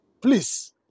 Please